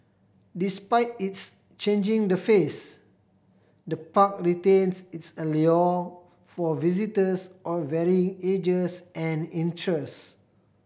despite its changing the face the park retains its allure for visitors of varying ages and interest